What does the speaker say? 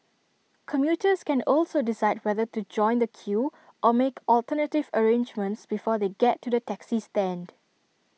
commuters can also decide whether to join the queue or make alternative arrangements before they get to the taxi stand